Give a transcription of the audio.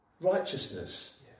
righteousness